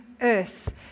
earth